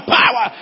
power